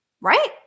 Right